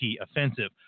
Offensive